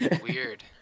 weird